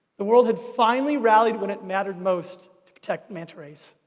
the world had finally rallied when it mattered most to protect manta rays.